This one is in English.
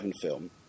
film